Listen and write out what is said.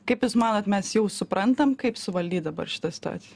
kaip jūs manot mes jau suprantam kaip suvaldyt dabar šitą situaciją